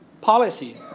policy